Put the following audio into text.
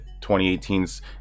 2018's